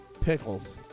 pickles